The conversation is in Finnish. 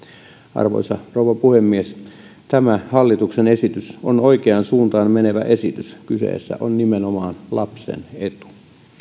arvoisa rouva puhemies tämä hallituksen esitys on oikeaan suuntaan menevä esitys kyseessä on nimenomaan lapsen etu